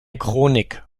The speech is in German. chronik